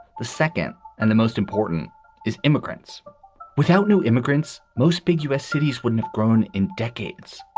the second and the most important is immigrants without new immigrants. most big u s. cities wouldn't have grown in decades.